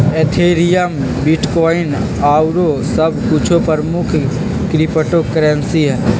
Ethereum, bitcoin आउरो सभ कुछो प्रमुख क्रिप्टो करेंसी हइ